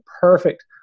perfect